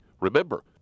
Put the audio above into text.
Remember